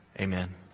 amen